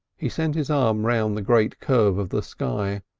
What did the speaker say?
he sent his arm round the great curve of the sky.